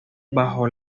bajo